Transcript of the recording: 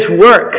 work